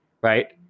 right